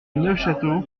neufchâteau